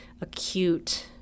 acute